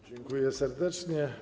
Dziękuję serdecznie.